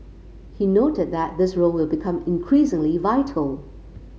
he noted that this role will become increasingly vital